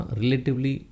relatively